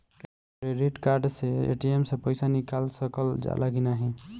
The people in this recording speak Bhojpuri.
क्रेडिट कार्ड से ए.टी.एम से पइसा निकाल सकल जाला की नाहीं?